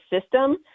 system